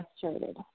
frustrated